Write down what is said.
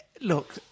Look